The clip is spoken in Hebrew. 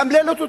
מאמללת אותם.